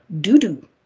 doo-doo